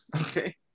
Okay